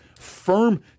firm